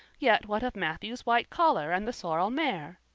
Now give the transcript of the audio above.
yet what of matthew's white collar and the sorrel mare?